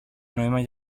νόημα